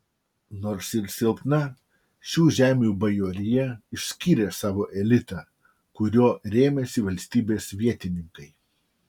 nors ir silpna šių žemių bajorija išskyrė savo elitą kuriuo rėmėsi valstybės vietininkai